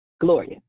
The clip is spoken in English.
Gloria